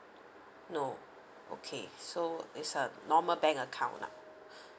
no okay so it's a normal bank account lah